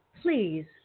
Please